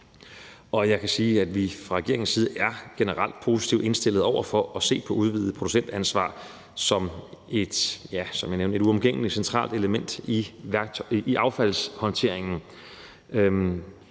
Jeg kan sige, at vi fra regeringens side generelt er positivt indstillet over for at se på udvidet producentansvar som et uomgængeligt centralt værktøj i affaldshåndteringen.